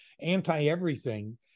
anti-everything